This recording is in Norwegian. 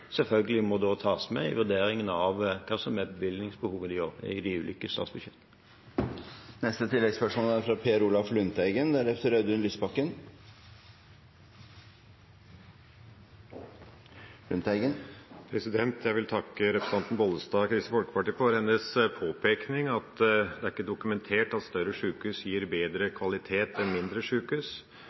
selvfølgelig også må tas med i vurderingen av hva som er bevilgningsbehovet i de ulike statsbudsjettene. Per Olaf Lundteigen – til oppfølgingsspørsmål. Jeg vil takke representanten Bollestad fra Kristelig Folkeparti for hennes påpekning av at det ikke er dokumentert at større sykehus gir bedre kvalitet enn mindre